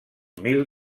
mil